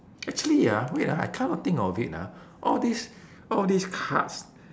actually ah wait ah I come to think of it ah all these all these cards